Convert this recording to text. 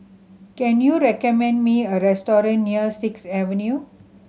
can you recommend me a restaurant near Sixth Avenue